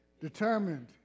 determined